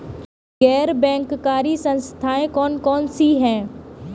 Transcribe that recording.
गैर बैंककारी संस्थाएँ कौन कौन सी हैं?